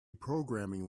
programming